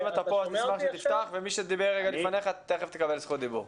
תכף תקבל זכות דיבור.